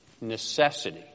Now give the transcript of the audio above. necessity